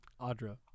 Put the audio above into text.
Audra